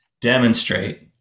demonstrate